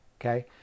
okay